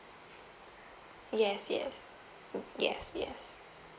yes yes yes yes